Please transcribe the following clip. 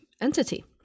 entity